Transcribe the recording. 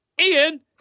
Ian